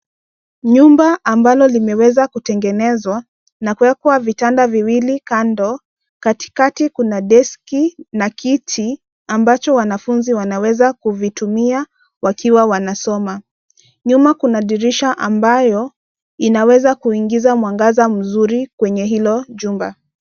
Nyumba ambalo limeweza kutengenezwa na kuwekwa vitanda viwili kando, katikati kuna desk na kiti ambacho wanafunzi wanaweza kuvitumia wakiwa wanasoma nyuma kuna dirisha ambayo inaweza kuingiza mwangaza mzuri kwenye hilo jumba.